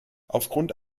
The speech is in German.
aufgrund